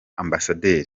amb